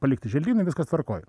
palikti želdyną viskas tvarkoj